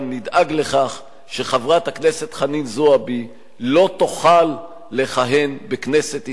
גם נדאג לכך שחברת הכנסת חנין זועבי לא תוכל לכהן בכנסת ישראל.